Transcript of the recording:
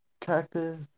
Cactus